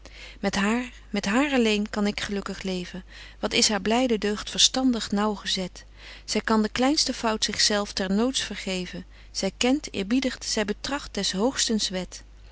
met haar met haar alleen kan ik gelukkig leven wat is haar blyde deugd verstandig naauwgezet zy kan de kleinste fout zich zelf ter noods vergeven zy kent eerbiedigt zy betracht des hoogstens